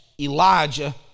Elijah